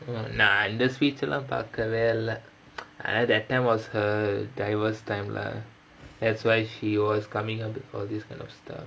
நா அந்த:naa antha speech எல்லாம் பாக்கவே இல்ல:ellaam paakkavae illa that time was her time leh that's why she was coming up with all these kinds of stuff